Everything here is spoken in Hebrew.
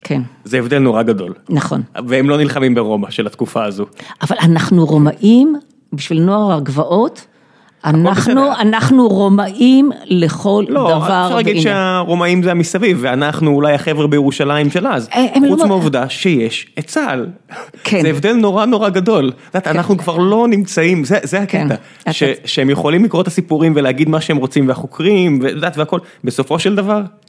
כן. זה הבדל נורא גדול. נכון. והם לא נלחמים ברומא של התקופה הזו. אבל אנחנו רומאים, בשביל נוער הגבעות, אנחנו רומאים לכל דבר. לא, אפשר להגיד שהרומאים זה המסביב, ואנחנו אולי החבר'ה בירושלים של אז, חוץ מהעובדה שיש את צה"ל. כן. זה הבדל נורא נורא גדול. את יודעת אנחנו כבר לא נמצאים, זה הקטע, שהם יכולים לקרוא את הסיפורים ולהגיד מה שהם רוצים, והחוקרים, ואת יודעת והכול, בסופו של דבר,